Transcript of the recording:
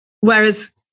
Whereas